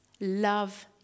love